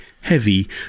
heavy